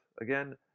again